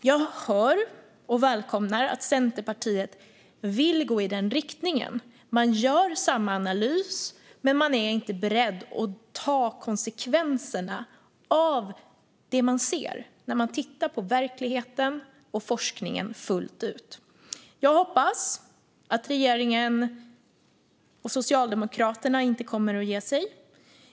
Jag hör och välkomnar att Centerpartiet vill gå i den riktningen. Man gör samma analys, men man är inte beredd att ta konsekvenserna av det man ser när man tittar på verkligheten och forskningen fullt ut. Jag hoppas att regeringen och Socialdemokraterna inte kommer att ge sig.